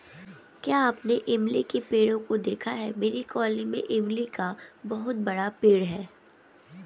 क्या आपने इमली के पेड़ों को देखा है मेरी कॉलोनी में इमली का बहुत बड़ा पेड़ है